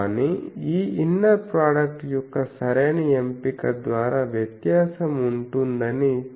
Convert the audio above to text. కానీ ఈ inner product యొక్క సరైన ఎంపిక ద్వారా వ్యత్యాసం ఉంటుందని తేలింది